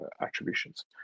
attributions